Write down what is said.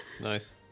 nice